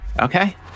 Okay